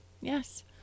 Yes